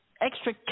extra